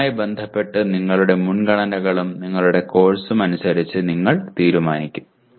ഇതുമായി ബന്ധപ്പെട്ട് നിങ്ങളുടെ മുൻഗണനകളും നിങ്ങളുടെ കോഴ്സും അനുസരിച്ച് നിങ്ങൾ തീരുമാനിക്കും